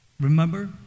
Remember